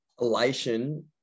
Elation